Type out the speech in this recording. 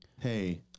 hey